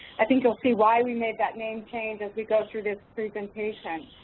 i think you'll see why we made that name change as we go through this presentation.